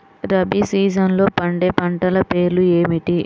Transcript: రబీ సీజన్లో పండే పంటల పేర్లు ఏమిటి?